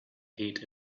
heat